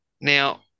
Now